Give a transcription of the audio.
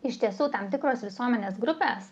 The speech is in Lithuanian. iš tiesų tam tikros visuomenės grupės